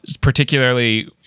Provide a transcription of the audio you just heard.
Particularly